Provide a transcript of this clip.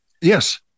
Yes